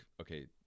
okay